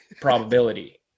probability